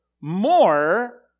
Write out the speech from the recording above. more